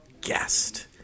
guest